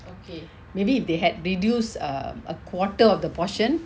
maybe if they had reduced err a quarter of the portion